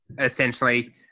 Essentially